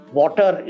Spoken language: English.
water